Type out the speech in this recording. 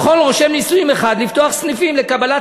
"יכול רושם נישואין אחד לפתוח סניפים לקבלת